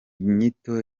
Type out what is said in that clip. nyito